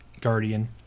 Guardian